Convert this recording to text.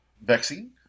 vaccine